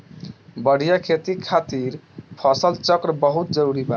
बढ़िया खेती खातिर फसल चक्र बहुत जरुरी बा